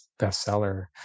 bestseller